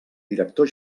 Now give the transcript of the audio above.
director